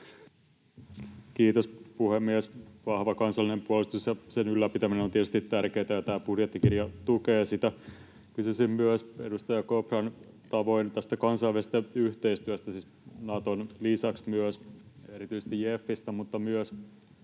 Kiitos, puhemies! Vahva kansallinen puolustus ja sen ylläpitäminen on tietysti tärkeätä, ja tämä budjettikirja tukee sitä. Kysyisin myös edustaja Kopran tavoin tästä kansainvälisestä yhteistyöstä, siis Naton lisäksi myös erityisesti JEFistä, ja myös